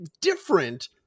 different